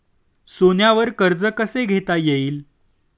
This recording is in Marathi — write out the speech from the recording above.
सोन्यावर कर्ज कसे घेता येईल?